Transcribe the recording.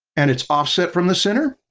and it's offset from the center.